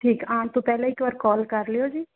ਠੀਕ ਹੈ ਆਉਣ ਤੋਂ ਪਹਿਲਾਂ ਇੱਕ ਵਾਰ ਕਾਲ ਕਰ ਲਿਉ ਜੀ